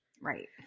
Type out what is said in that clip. Right